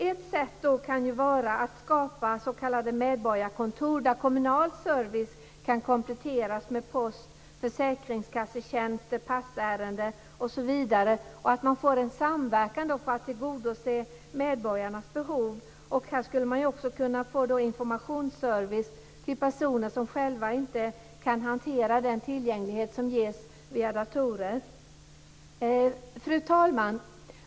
Ett sätt kan ju vara att skapa s.k. medborgarkontor, där kommunal service kan kompletteras med post och försäkringskassetjänster, passärenden osv., och att man får en samverkan för att tillgodose medborgarnas behov. Här skulle man också kunna ge informationsservice till personer som själva inte kan hantera den som ges via datorer. Fru talman!